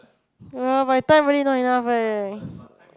my time really not enough eh